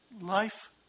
life